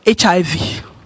HIV